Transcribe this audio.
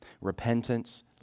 Repentance